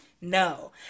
no